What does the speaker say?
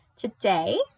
Today